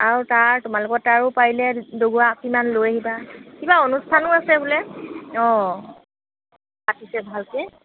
আৰু তাৰ তোমালোকৰ তাৰো পাৰিলে দুগৰাকীমান লৈ আহিবা কিবা অনুষ্ঠানো আছে বোলে অঁ পাতিছে ভালকৈ